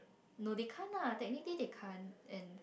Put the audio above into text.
no they can't lah technically they can't and